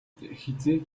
хэзээ